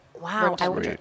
Wow